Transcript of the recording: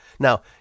Now